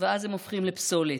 ואז הם הופכים לפסולת.